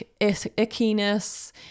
ickiness